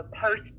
post